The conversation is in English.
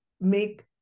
make